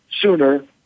sooner